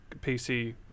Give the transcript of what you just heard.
PC